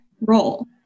role